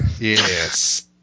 yes